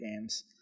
games